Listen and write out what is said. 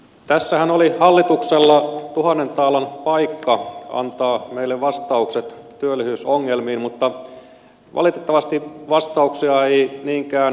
tässähän oli hallituksella tuhannen taalan paikka antaa meille vastaukset työllisyysongelmiin mutta valitettavasti vastauksia ei niinkään kuultu